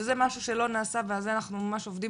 וזה משהו שלא נעשה ועל זה אנחנו עובדים